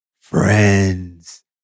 friends